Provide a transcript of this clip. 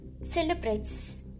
celebrates